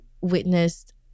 witnessed